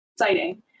exciting